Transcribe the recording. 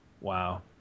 Wow